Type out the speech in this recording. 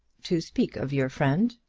to speak of your friend.